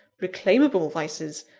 reclaimable vices,